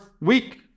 week